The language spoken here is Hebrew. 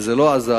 וזה לא עזר,